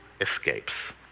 escapes